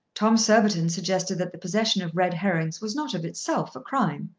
tom surbiton suggested that the possession of red herrings was not of itself a crime.